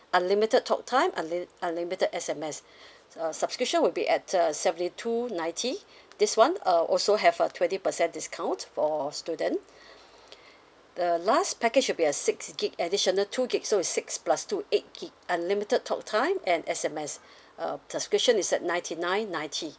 unlimited talk time unli~ unlimited S_M_S uh subscription would be at uh seventy two ninety this [one] uh also have a twenty percent discount for student the last package would be at six gig additional two gigs so is six plus two eight gig unlimited talk time and S_M_S uh subscription is at ninety nine ninety